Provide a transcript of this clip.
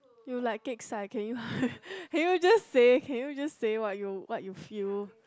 you like kek sai can you can you just say you just say what you what you feel